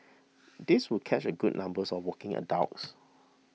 this would catch a good numbers of working adults